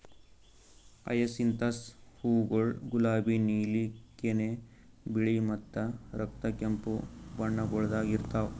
hyacinthus ಹೂವುಗೊಳ್ ಗುಲಾಬಿ, ನೀಲಿ, ಕೆನೆ, ಬಿಳಿ ಮತ್ತ ರಕ್ತ ಕೆಂಪು ಬಣ್ಣಗೊಳ್ದಾಗ್ ಇರ್ತಾವ್